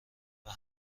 ولی